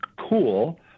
cool